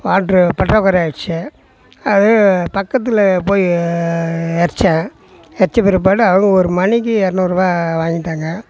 water பற்றாக்குறை ஆகிருச்சு அதே பக்கத்தில் போய் இறச்சேன் இறச்ச பிற்பாடு அவங்க ஒரு மணிக்கு இரநூறுவா வாங்கிட்டாங்க